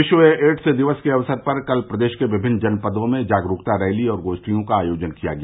विश्व एड्स दिवस के अवसर पर कल प्रदेश के विभिन्न जनपदों में जागरूकता रैली और गोष्ठियों का आयोजन किया गया